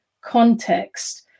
context